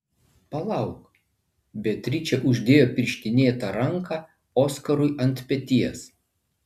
palauk beatričė uždėjo pirštinėtą ranką oskarui ant peties